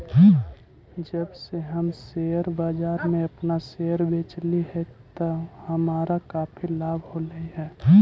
जब से हम शेयर बाजार में अपन शेयर बेचली हे हमारा काफी लाभ होलई हे